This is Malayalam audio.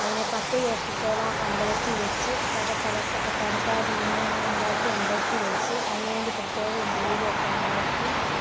അതിനെ പത്തുദിവസത്തോളം അമ്പലത്തിൽ വച്ച് പല കരക്കാരിങ്ങനെ ഉണ്ടാക്കി അമ്പലത്തിൽ വച്ച് അതിനുവേണ്ടി പ്രത്യേകം പൂജയൊക്കെ നടത്തി